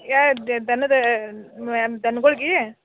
ಯಾವ್ದ್ ದನದ ದನಗಳ್ಗಾ